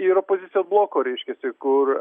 ir opozicijos bloko reiškiasi kur